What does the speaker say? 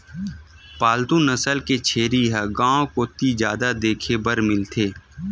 पालतू नसल के छेरी ह गांव कोती जादा देखे बर मिलथे